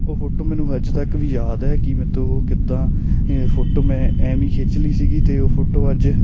ਉਹ ਫੋਟੋ ਮੈਨੂੰ ਅੱਜ ਤੱਕ ਵੀ ਯਾਦ ਹੈ ਕਿ ਮੇਰੇ ਤੋਂ ਉਹ ਕਿੱਦਾਂ ਫੋਟੋ ਮੈਂ ਐਵੇਂ ਹੀ ਖਿੱਚ ਲਈ ਸੀਗੀ ਅਤੇ ਉਹ ਫੋਟੋ ਅੱਜ